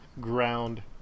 ground